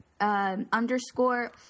underscore